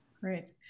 Great